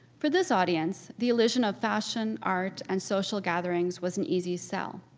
for this audience, the illusion of fashion, art and social gatherings was an easy sell.